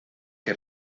que